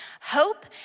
hope